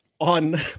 on